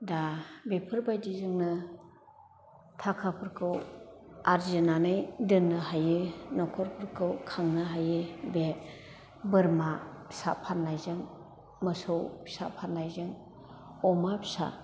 दा बेफोरबायदि जोंनो थाखाफोरखौ आर्जिनानै दोन्नो हायो नखरफोरखौ खांनो हायो बे बोरमा फिसा फान्नायजों मोसौ फिसा फान्नायजों अमा फिसा